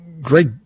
great